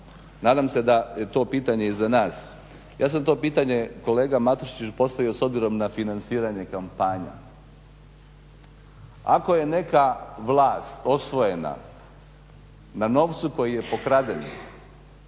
Nadam se da je to pitanje iza nas. Ja sam to pitanje kolega Matušiću postavio s obzirom na financiranje kampanja. Ako je neka vlast osvojena na novcu koji je pokrade,